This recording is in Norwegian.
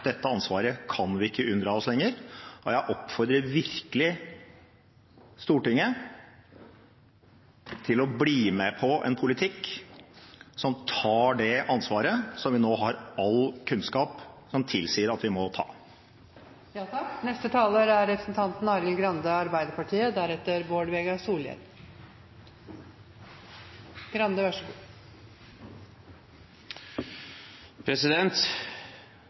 Dette ansvaret kan vi ikke unndra oss lenger, og jeg oppfordrer virkelig Stortinget til å bli med på en politikk som tar det ansvaret, som vi nå har all kunnskap som tilsier at vi må